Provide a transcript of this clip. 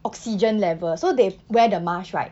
oxygen level so they wear the mask right